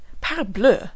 Parbleu